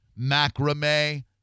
macrame